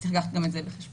צריך לקחת גם את זה בחשבון.